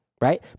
right